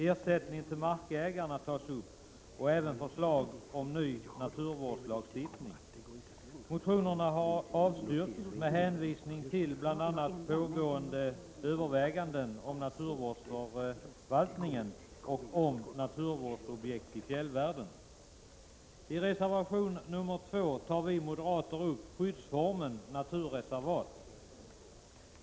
I betänkandet behandlas även frågan om ersättning till markägarna och förslag om ny naturvårdslagstiftning. Motionerna har avstyrkts med hänvisning till bl.a. pågående överväganden om naturvårdsförvaltningen och naturvårdsobjekt i fjällvärlden. I reservation 2 tar vi moderater upp skyddsformen naturreservat.